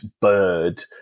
bird